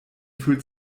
fühlt